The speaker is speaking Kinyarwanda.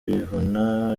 bivuna